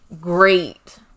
great